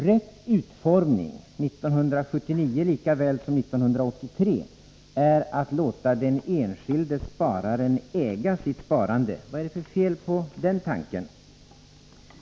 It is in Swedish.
”Rätt utformning” 1979 lika väl som 1983 är att låta den enskilde spararen äga sitt sparande. Vad är det för fel på den tanken?